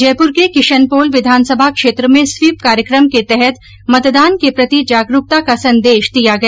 जयपुर के किशनपोल विधानसभा क्षेत्र में स्वीप कार्यकम के तहत मतदान के प्रति जागरूकता का संदेश दिया गया